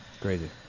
Crazy